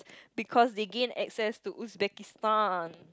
because they gain access to Uzbekistan